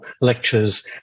lectures